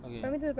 okay